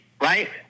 right